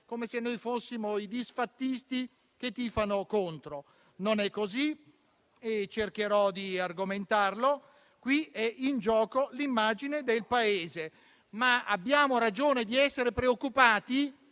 come se noi fossimo i disfattisti che tifano contro. Non è così e cercherò di argomentarlo. Qui è in gioco l'immagine del Paese. Abbiamo ragione però di essere preoccupati